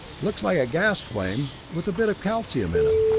looks like a gas flame, with a bit of calcium in it.